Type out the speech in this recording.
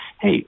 hey